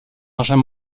engins